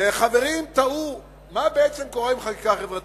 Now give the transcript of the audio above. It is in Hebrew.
חברים תהו מה בעצם קורה עם חקיקה חברתית.